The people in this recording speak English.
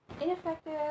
ineffective